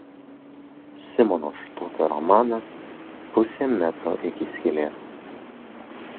simono štuopio romanas pusė metro iki skylės